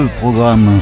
programme